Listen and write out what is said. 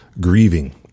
grieving